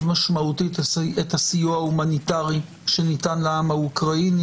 משמעותית את הסיוע ההומניטרי שניתן לעם האוקראיני.